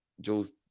Jules